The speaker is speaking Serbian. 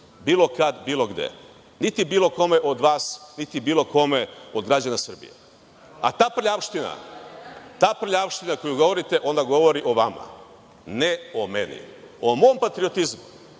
bilo kad, bilo gde, niti bilo kome od vas, niti bilo kome od građana Srbije. Ta prljavština koju govorite govori o vama, ne o meni. O mom patriotizmu,